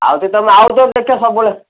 ଆଉ ଥରେ ତୁମେ ଆଉ ଥିବ ଦେଖିବା ସବୁବେଳେ